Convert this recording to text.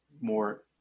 more